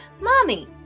mommy